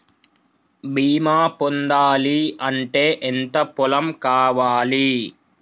బీమా పొందాలి అంటే ఎంత పొలం కావాలి?